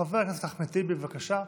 חבר הכנסת אחמד טיבי, בבקשה.